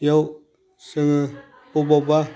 बेयाव जोङो बबावबा